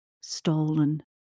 Stolen